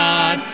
God